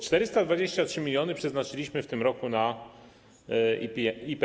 423 mln przeznaczyliśmy w tym roku na IPN.